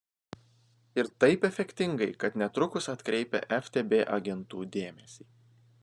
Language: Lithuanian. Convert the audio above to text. ir taip efektingai kad netrukus atkreipia ftb agentų dėmesį